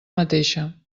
mateixa